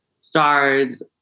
stars